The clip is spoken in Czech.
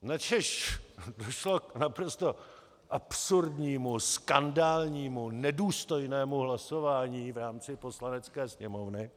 Načež došlo k naprosto absurdnímu, skandálnímu, nedůstojnému hlasování v rámci Poslanecké sněmovny